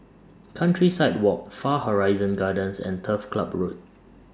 Countryside Walk Far Horizon Gardens and Turf Club Road